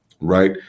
right